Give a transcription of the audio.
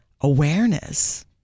awareness